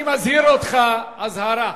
אני מזהיר אותך אזהרה.